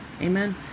Amen